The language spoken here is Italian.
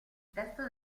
testo